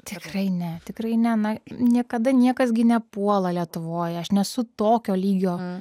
tikrai ne tikrai ne na niekada niekas gi nepuola lietuvoj aš nesu tokio lygio